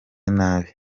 nabi